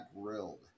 grilled